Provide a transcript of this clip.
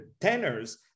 tenors